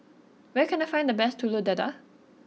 where can I find the best Telur Dadah